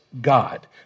God